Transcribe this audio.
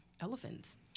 elephants